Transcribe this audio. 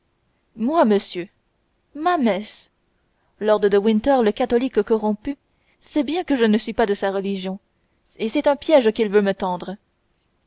moi monsieur ma messe lord de winter le catholique corrompu sait bien que je ne suis pas de sa religion et c'est un piège qu'il veut me tendre